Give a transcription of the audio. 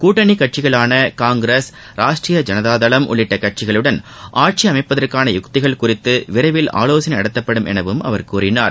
கூட்டணி கட்சிகளான காங்கிரஸ் ராஷ்டிரிய ஜனதாதளம் உள்ளிட்ட கட்சிகளுடன் ஆட்சி அமைப்பதற்கான யுக்திகள் குறித்து விரைவில் ஆலோசனை நடத்தப்படும் எனவும் அவர் கூறினார்